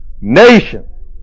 nation